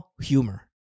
humor